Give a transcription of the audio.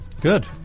good